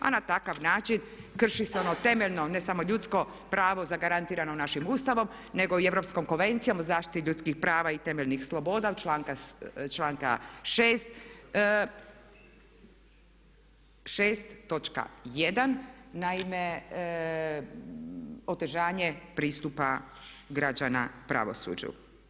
A na takav način krši se ono temeljno ne samo ljudsko pravo zagarantirano našim Ustavom nego i Europskom konvencijom o zaštiti ljudskih prava i temeljnih sloboda članka 6. točka 1. naime otežanje pristupa građana pravosuđu.